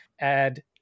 add